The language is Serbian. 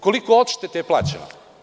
Koliko oštete je plaćeno?